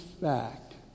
fact